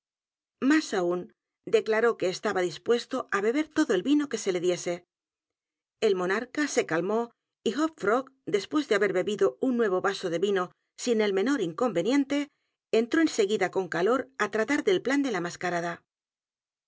mas aun declaró que estaba dispuesto á beber todo el vino que se le diese el monarca s e calmó y h o p f r o g después d e haber bebido un nuevovaso de vino sin el menor inconveniente entró en s e guida con calor á tratar del plan de la mascarada